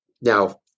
Now